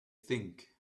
think